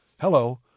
Hello